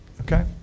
Okay